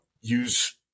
use